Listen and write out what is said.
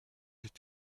est